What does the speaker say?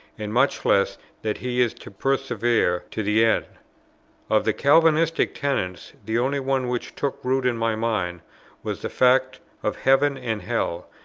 and much less that he is to persevere to the end of the calvinistic tenets the only one which took root in my mind was the fact of heaven and hell,